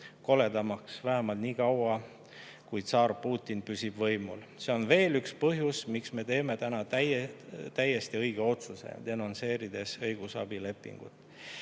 koledamaks – vähemalt nii kaua, kui tsaar Putin püsib võimul. See on veel üks põhjus, miks me teeme täna täiesti õige otsuse, denonsseerides õigusabilepingu.